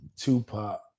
Tupac